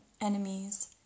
enemies